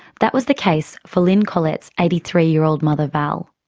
that was the case for lyn collet's eighty three year old mother val.